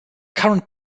current